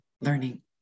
Learning